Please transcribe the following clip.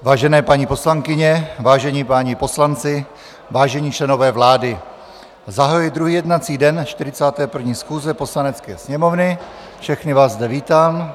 Vážené paní poslankyně, vážení páni poslanci, vážení členové vlády, zahajuji druhý jednací den 41. schůze Poslanecké sněmovny, všechny vás zde vítám.